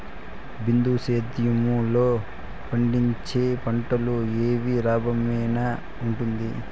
బిందు సేద్యము లో పండించే పంటలు ఏవి లాభమేనా వుంటుంది?